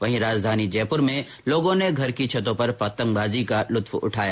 वहीं राजधानी जयपुर में लोगों ने घर की छतों पर पतंगबाजी का लुफ्त उठाया